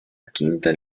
quinta